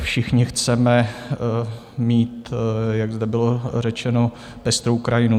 Všichni chceme mít, jak zde bylo řečeno, pestrou krajinu.